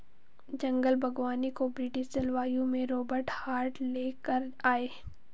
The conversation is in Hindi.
जंगल बागवानी को ब्रिटिश जलवायु में रोबर्ट हार्ट ले कर आये